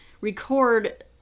record